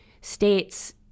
states